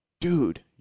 dude